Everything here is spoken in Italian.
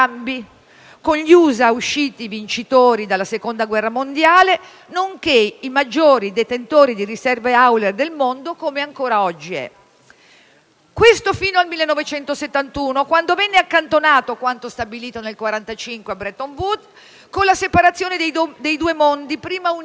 con gli USA, usciti vincitori dalla Seconda guerra mondiale, nonché maggiori detentori di riserve auree del mondo, come ancora oggi è. Questo fino al 1971, quando venne accantonato quanto stabilito nel 1945 a Bretton Woods con la separazione dei due mondi, prima uniti: